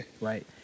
Right